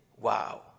Wow